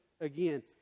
again